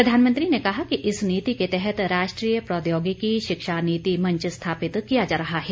प्रधानमंत्री ने कहा कि इस नीति के तहत राष्ट्रीय प्रौद्योगिकी शिक्षा नीति मंच स्थापित किया जा रहा है